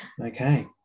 okay